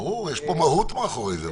ברור, יש מהות מאחורי זה.